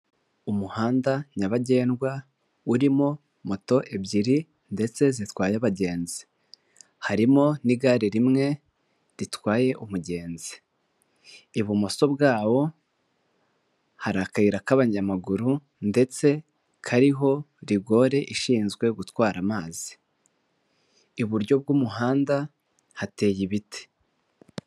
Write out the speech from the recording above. Umuhanda nyabagendwa urimo moto ebyiri ndetse zitwaye abagenzi, harimo n'igare rimwe ritwaye umugenzi, ibumoso bwawo hari akayira k'abanyamaguru ndetse kariho rigore ishinzwe gutwara amazi, iburyo bw'umuhanda hateye ibiti.